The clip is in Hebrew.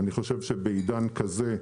אני חושב שבעידן כזה,